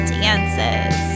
dances